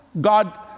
God